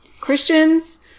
Christians